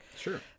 Sure